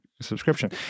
subscription